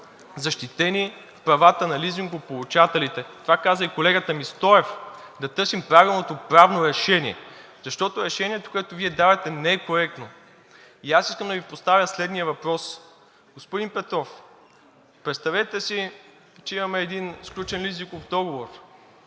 защитени правата на лизингополучателите. Това каза и колегата ми Стоев – да търсим правилното правно решение, защото решението, което Вие давате, не е коректно. И аз искам да Ви поставя следният въпрос: Господин Петров, представете си, че имаме сключен един лизингов договор